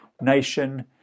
nation